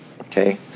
Okay